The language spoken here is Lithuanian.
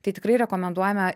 tai tikrai rekomenduojame